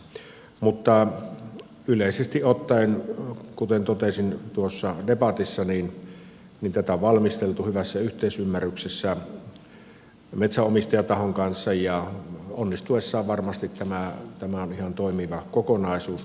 mutta yleisesti ottaen kuten totesin debatissa tätä on valmisteltu hyvässä yhteisymmärryksessä metsänomistajatahon kanssa ja onnistuessaan varmasti tämä on ihan toimiva kokonaisuus